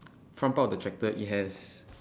front part of the tractor it has